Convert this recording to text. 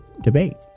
debate